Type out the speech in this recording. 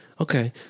Okay